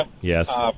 yes